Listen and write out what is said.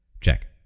check